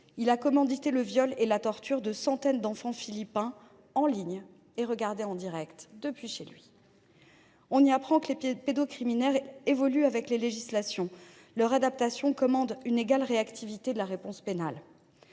il aurait commandité le viol et la torture de centaines d’enfants philippins en ligne et les aurait regardés en direct de chez lui. On y apprend que les pédocriminels évoluent avec les législations. Leur adaptation commande une égale réactivité de la réponse pénale.